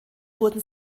wurden